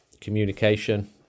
communication